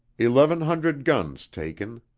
eleven hundred guns taken.